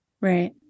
right